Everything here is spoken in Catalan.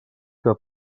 que